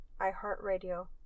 iHeartRadio